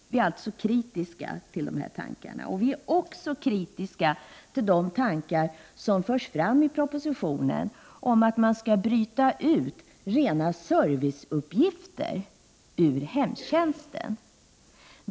Vi är alltså kritiska till dessa tankar. Vi är också kritiska till de tankar som förs fram i propositionen om att man skall bryta ut rena serviceuppgifter ur hemtjänsten.